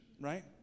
right